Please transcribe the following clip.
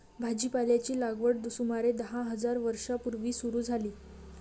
भाजीपाल्याची लागवड सुमारे दहा हजार वर्षां पूर्वी सुरू झाली